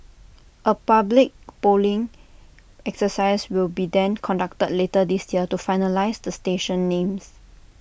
A public polling exercise will be then conducted later this year to finalise the station names